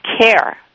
care